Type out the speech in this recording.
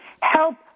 Help